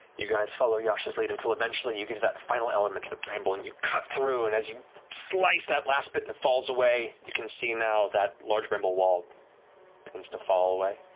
you guys follow yasha's lead until eventually, you get to that final element of the bramble, and you cut through, and as you slice that last bit, and it falls away, you can see now that large bramble wall begins to fall away,